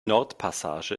nordpassage